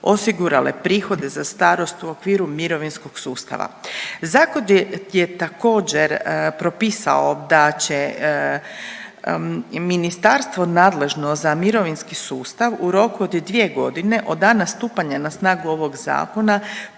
osigurale prihode za starost u okviru mirovinskog sustava. Zakon je također propisao da će ministarstvo nadležno za mirovinski sustav u roku od dvije godine od dana stupanja na snagu ovog zakona